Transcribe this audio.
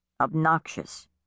Obnoxious